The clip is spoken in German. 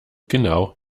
genau